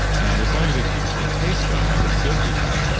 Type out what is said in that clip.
and as long as it it tastes good, like it's good decaf, but